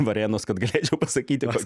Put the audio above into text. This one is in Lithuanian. varėnos kad galėčiau pasakyti